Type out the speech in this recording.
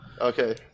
okay